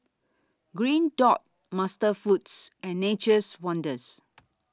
Green Dot MasterFoods and Nature's Wonders